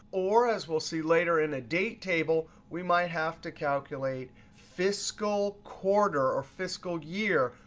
or as we'll see later in a date table, we might have to calculate fiscal quarter or fiscal year,